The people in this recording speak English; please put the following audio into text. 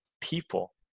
people